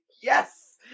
Yes